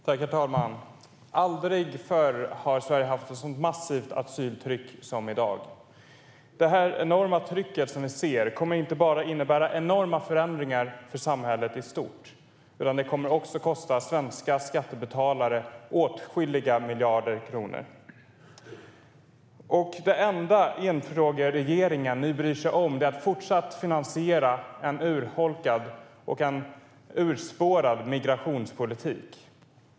Herr talman! Aldrig förr har Sverige haft ett sådant massivt asyltryck som i dag. Detta tryck kommer inte bara att innebära enorma förändringar för samhället i stort, utan det kommer också att kosta svenska skattebetalare åtskilliga miljarder kronor. Det enda enfrågeregeringen bryr sig om är att fortsätta att finansiera en urholkad och urspårad migrationspolitik.